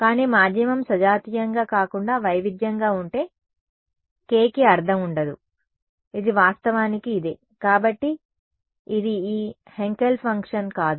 కానీ మాధ్యమం సజాతీయంగా కాకుండా వైవిధ్యంగా ఉంటే k కి అర్థం ఉండదు ఇది వాస్తవానికి ఇదే కాబట్టి అది ఈ హాంకెల్ ఫంక్షన్ కాదు